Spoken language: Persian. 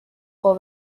قوه